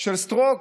של סטרוק